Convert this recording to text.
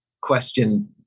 question